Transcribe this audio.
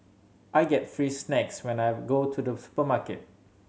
I get free snacks whenever go to the supermarket